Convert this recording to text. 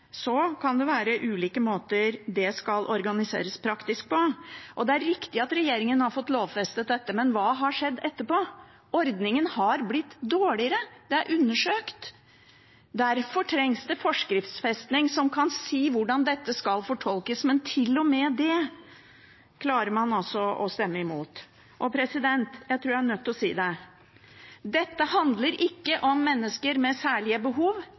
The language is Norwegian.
Så kan det være ulike måter det skal organiseres på praktisk, og det er riktig at regjeringen har fått lovfestet dette. Men hva har skjedd etterpå? Ordningen har blitt dårligere, det er undersøkt. Derfor trengs det forskriftsfesting som kan si hvordan dette skal fortolkes. Men til og med det klarer man altså å stemme imot. Og jeg tror jeg er nødt til å si det: Dette handler ikke om mennesker med særlige behov,